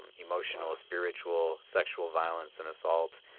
and emotional, spiritual, sexual violence and assault.